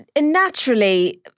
naturally